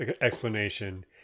explanation